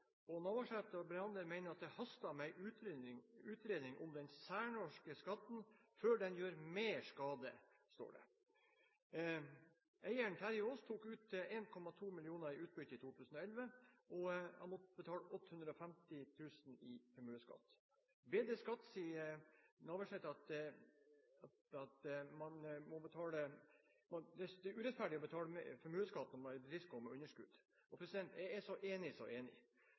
formuesskatt. Navarsete og Bernander mener at det haster med en utredning om denne særnorske skatten før den gjør mer skade, står det. Eieren, Terje Aass, tok ut 1,2 mill. kr i utbytte i 2011, og han måtte betale 850 000 kr i formuesskatt. Til BedreSkatt sier Navarsete at det er urettferdig å betale formuesskatt når en bedrift går med underskudd. Jeg er så enig, så enig! Så har man hatt angrep på angrep på Fremskrittspartiet og Høyre i